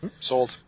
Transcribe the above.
Sold